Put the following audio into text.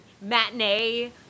matinee